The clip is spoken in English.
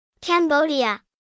Cambodia